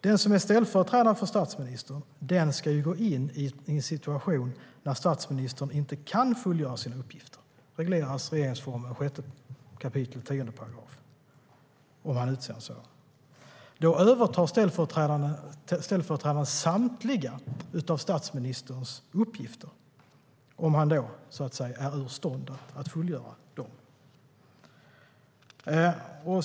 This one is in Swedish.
Den som är ställföreträdare för statsministern ska gå in i en situation när statsministern inte kan fullgöra sina uppgifter. Det regleras i regeringsformen 6 kap. 10 §. Då övertar ställföreträdaren samtliga statsministerns uppgifter om han är ur stånd att fullgöra dem.